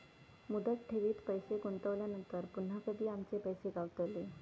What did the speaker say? मुदत ठेवीत पैसे गुंतवल्यानंतर पुन्हा कधी आमचे पैसे गावतले?